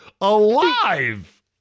Alive